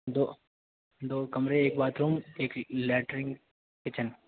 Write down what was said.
دو دو کمرے ایک باتھروم ایک ایک لیٹرینگ کچن